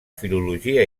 filologia